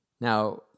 Now